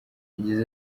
yagize